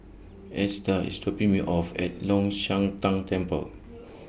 Esta IS dropping Me off At Long Shan Tang Temple